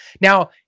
Now